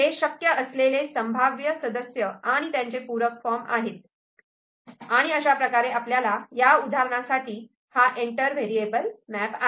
हे शक्य असलेले संभाव्य सदस्य आणि त्यांचे पूरक फॉर्म आहेत आणि अशाप्रकारे आपल्या ह्या उदाहरणासाठी हा एंटर व्हेरिएबल मॅप आहे